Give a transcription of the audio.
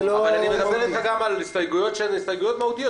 אבל אני מדבר איתך גם על הסתייגויות שהן הסתייגויות מהותיות,